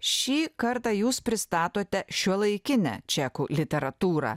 šį kartą jūs pristatote šiuolaikinę čekų literatūrą